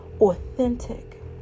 authentic